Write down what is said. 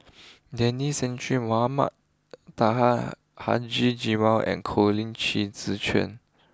Denis Santry Mohamed Taha Haji Jamil and Colin Qi Zhe Quan